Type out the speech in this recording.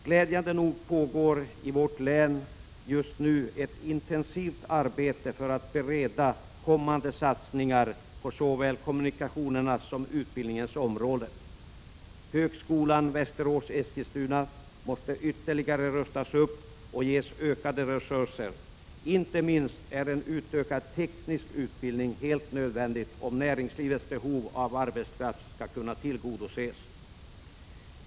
Glädjande nog pågår i vårt län just nu ett intensivt arbete för att förbereda kommande satsningar på såväl kommunikationerna som utbildningens område. Högskolan Västerås/Eskilstuna måste ytterligare rustas upp och ges ökade resurser. Inte minst är en utökad teknisk utbildning helt nödvändig om näringslivets behov av arbetskraft skall kunna tillgodoses.